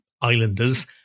islanders